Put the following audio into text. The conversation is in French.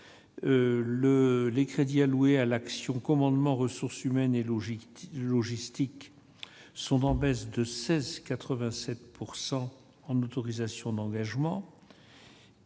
les crédits alloués à l'action Commandement, ressources humaines et logistique baissent de 16,87 % en autorisations d'engagement